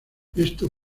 esto